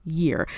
year